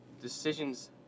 decisions